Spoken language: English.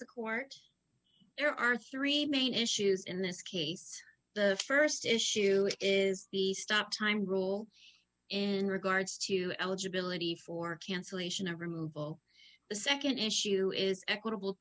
the court there are three main issues in this case the st issue is the stop time rule in regards to eligibility for cancellation of removal the nd issue is equitable